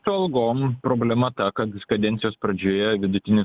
su algom problema ta kad kadencijos pradžioje vidutinis